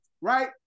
right